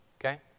Okay